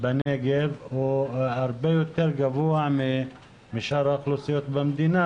בנגב הרבה יותר גבוה מאשר בשאר האוכלוסיות במדינה